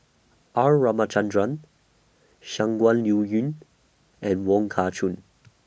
R Ramachandran Shangguan Liuyun and Wong Kah Chun